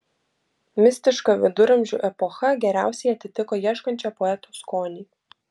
mistiška viduramžių epocha geriausiai atitiko ieškančio poeto skonį